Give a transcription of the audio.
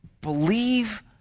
believe